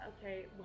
Okay